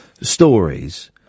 stories